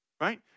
right